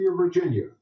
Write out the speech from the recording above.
Virginia